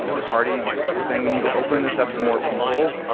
you know the party was saying we need to open this up to more people.